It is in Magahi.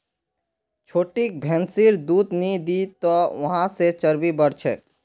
छोटिक भैंसिर दूध नी दी तोक वहा से चर्बी बढ़ छेक